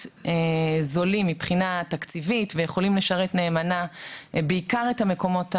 זולים מבחינה תקציבית ויכולים לשרת נאמנה בעיקר את המקומות המרוחקים,